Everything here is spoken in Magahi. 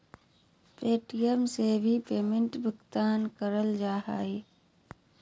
पे.टी.एम से भी पेमेंट के भुगतान करल जा हय